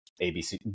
ABC